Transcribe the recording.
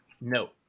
No